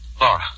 Laura